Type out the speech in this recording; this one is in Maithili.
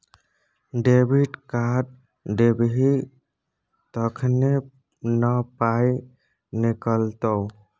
डेबिट कार्ड देबही तखने न पाइ निकलतौ